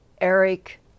Eric